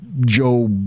Joe